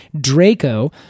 draco